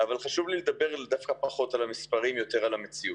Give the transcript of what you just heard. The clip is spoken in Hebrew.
אבל חשוב לי לדבר פחות על המספרים ויותר על המציאות.